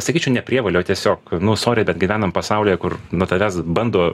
sakyčiau ne prievolė o tiesiog nu sori bet gyvenam pasaulyje kur nuo tavęs bando